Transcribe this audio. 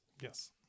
Yes